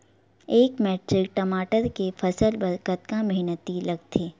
एक मैट्रिक टमाटर के फसल बर कतका मेहनती लगथे?